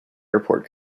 airport